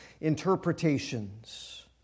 interpretations